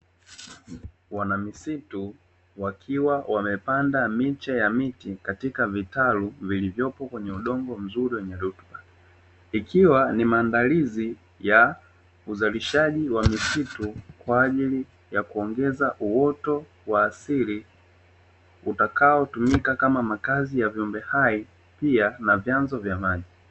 Wanamisitu wakiwa wamepanda miche ya miti katika vitalu vilivyopo kwenye udongo mzuri wenye rutuba, ikiwa ni maandalizi ya uzalishaji wa misitu kwa ajili ya kuongeza uoto wa asili, utakaotumika kama makazi ya viumbe hai pia na vyanzo vya maji.